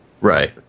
Right